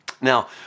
Now